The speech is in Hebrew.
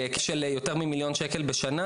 בהיקף של יותר ממיליון שקל בשנה,